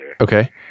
Okay